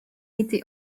été